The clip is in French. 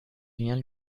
liens